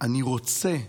אני רוצה,